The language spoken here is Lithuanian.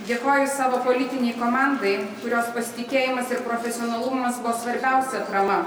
dėkoju savo politinei komandai kurios pasitikėjimas ir profesionalumas buvo svarbiausia atrama